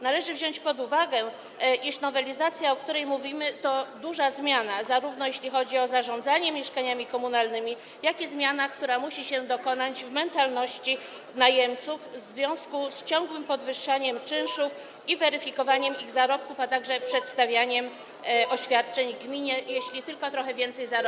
Należy wziąć pod uwagę to, iż nowelizacja, o której mówimy, to zarówno duża zmiana, jeśli chodzi o zarządzanie mieszkaniami komunalnymi, jak i zmiana, która musi się dokonać w mentalności najemców w związku z ciągłym podwyższaniem czynszów i weryfikowaniem ich zarobków, a także przedstawianiem oświadczeń gminie, jeśli tylko trochę więcej zarobią.